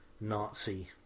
Nazi